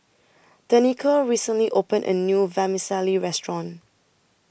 Danica recently opened A New Vermicelli Restaurant